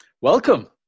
Welcome